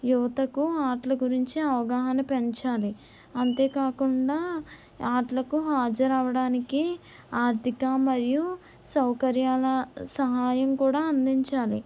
యువతకు ఆటల గురించి అవగాహన పెంచాలి అంతేకాకుండా ఆటలకు హాజరు అవ్వడానికి ఆర్థిక మరియు సౌకర్యాల సహాయం కూడా అందించాలి